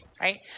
right